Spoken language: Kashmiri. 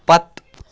پتہٕ